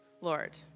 Lord